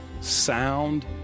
sound